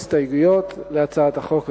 הסתייגויות להצעת החוק הזאת,